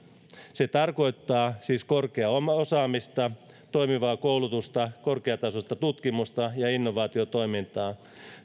se tarkoittaa siis korkeaa osaamista toimivaa koulutusta korkeatasoista tutkimusta ja innovaatiotoimintaa